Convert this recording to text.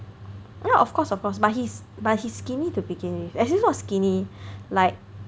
ya of course of course but he's but he's skinny to begin with as in he's not skinny like